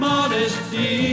Modesty